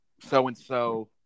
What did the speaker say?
so-and-so